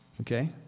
Okay